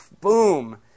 boom